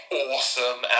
awesome